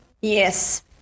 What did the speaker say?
Yes